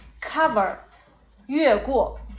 cover,越过